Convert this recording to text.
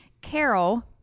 Carol